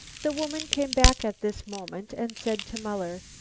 the woman came back at this moment and said to muller,